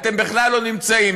אתם בכלל לא נמצאים,